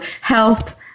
health